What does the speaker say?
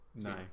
no